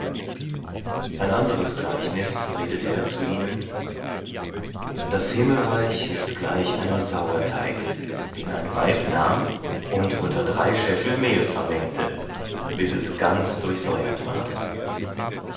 ein anderes gleichnis redete er zu ihnen das himmelreich ist gleich einem sauerteig den ein weib nahm und unter drei scheffel mehl vermengte bis es ganz durchsäuert ward